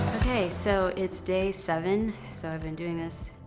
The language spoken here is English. okay, so, it's day seven. so, i've been doing this